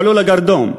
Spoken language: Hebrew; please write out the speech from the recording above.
הועלו לגרדום.